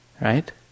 Right